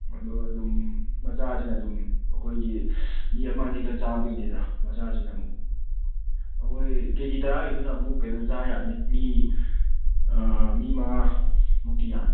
ꯑꯗꯣ ꯑꯗꯨꯝ ꯃꯆꯥꯁꯤꯅ ꯑꯗꯨꯝ ꯑꯩꯈꯣꯏꯒꯤ ꯃꯤ ꯑꯃ ꯑꯅꯤꯇ ꯆꯥꯕꯩꯅꯤꯗ ꯃꯆꯥꯁꯤꯅ ꯑꯃꯨꯛ ꯑꯩꯈꯣꯏ ꯀꯦ ꯖꯤ ꯇꯔꯥꯒꯤꯗꯨꯅ ꯑꯃꯨꯛ ꯀꯩꯅꯣ ꯆꯥ ꯌꯥꯅꯤ ꯃꯤ ꯃꯤ ꯃꯉꯥ ꯃꯨꯛꯇꯤ ꯌꯥꯅꯤ